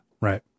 right